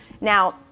Now